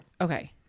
Okay